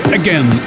again